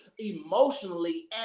emotionally